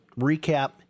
recap